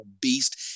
beast